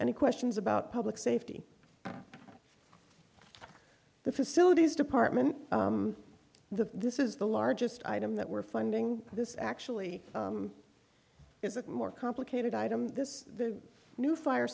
and the questions about public safety the facilities department the this is the largest item that we're funding this actually is a more complicated item this new fire